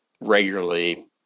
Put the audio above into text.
regularly